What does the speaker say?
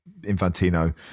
Infantino